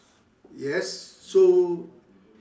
yes so